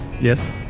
yes